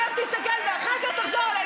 לך תסתכל איך שדיברת עלינו.